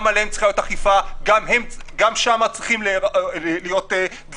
גם שם צריכים לאכוף.